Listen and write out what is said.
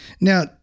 Now